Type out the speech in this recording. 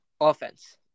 Offense